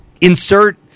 insert